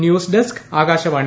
news desk Akashvani